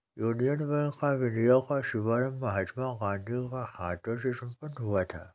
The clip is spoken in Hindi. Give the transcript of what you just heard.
यूनियन बैंक ऑफ इंडिया का शुभारंभ महात्मा गांधी के हाथों से संपन्न हुआ था